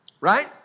Right